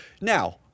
Now